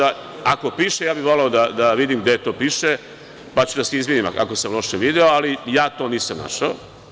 Ako piše, ja bih voleo da vidim gde to piše, pa ću da se izvinim ako sam loše video, ali ja to nisam našao.